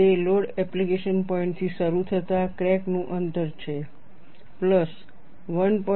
તે load application પોઈન્ટથી શરૂ થતા ક્રેક નું અંતર છે પ્લસ 1